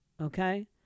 okay